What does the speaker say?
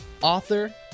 author